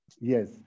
Yes